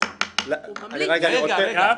--- בתפקוד גבוה,